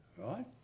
right